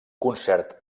concert